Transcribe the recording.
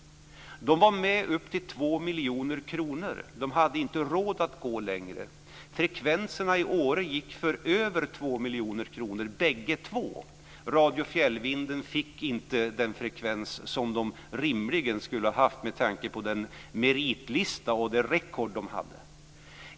Man var med upp till 2 miljoner kronor, men hade inte råd att gå längre. Frekvenserna i Åre gick för över 2 miljoner kronor bägge två. Radio Fjällvinden fick inte den frekvens som den rimligen skulle ha haft med tanke på den meritlista och record som stationen hade.